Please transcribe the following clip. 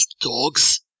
dogs